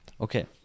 Okay